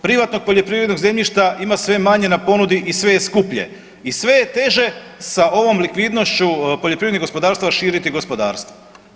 Privatnog poljoprivrednog zemljišta ima sve manje na ponudi i sve je skuplje i sve je teže sa ovom likvidnošću poljoprivrednih gospodarstava širiti gospodarstvo.